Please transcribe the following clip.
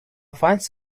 finds